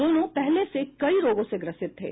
दोनों पहले से कई रोगों से ग्रसित थे